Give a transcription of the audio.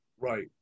Right